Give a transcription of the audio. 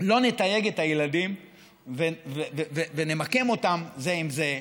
לא נתייג את הילדים ונמקם אותם זה עם זה,